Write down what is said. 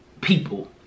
people